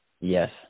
yes